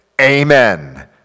Amen